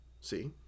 See